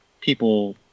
people